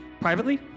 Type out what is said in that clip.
privately